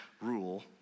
rule